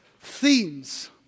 themes